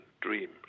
dream